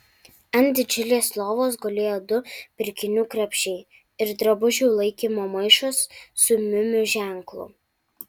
ant didžiulės lovos gulėjo du pirkinių krepšiai ir drabužių laikymo maišas su miu miu ženklu